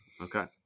Okay